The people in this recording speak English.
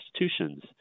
institutions